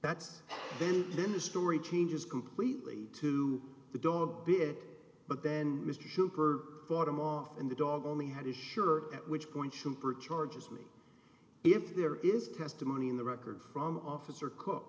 that's then then the story changes completely to the dog bit but then mr shipper fought him off and the dog only had a shirt at which point shrimper charges me if there is testimony in the record from officer cook